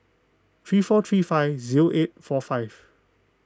three four three five zero eight four five